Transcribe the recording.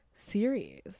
series